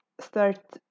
start